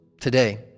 today